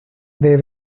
they